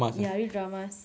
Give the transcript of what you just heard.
ya real dramas